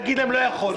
להגיד להם לא יכולנו.